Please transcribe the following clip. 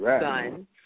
son